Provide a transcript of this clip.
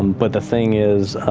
um but the thing is,